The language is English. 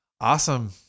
Awesome